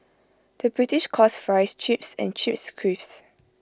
the British calls Fries Chips and Chips Crisps